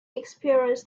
experienced